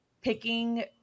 picking